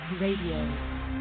Radio